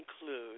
include